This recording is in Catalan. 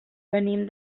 venim